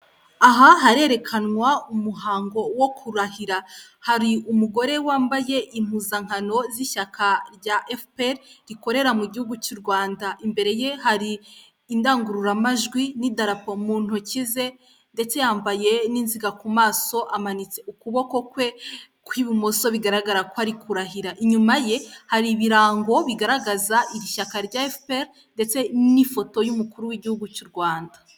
Aha harerekanwa umuhango wo kurahira, hari umugore wambaye impuzankano z'ishyaka rya efuperi rikorera mu gihugu cy'u Rwanda. Imbere ye hari indangururamajwi n'idarapo mu ntoki ze, ndetse yambaye n'inziga ku maso, amanitse ukuboko kwe kw'ibumoso bigaragara ko ari kurahira. Inyuma ye hari ibirango bigaragaza iri shyaka rya efuperi ndetse n'ifoto y'umukuru w'igihugu cy'u Rwanda.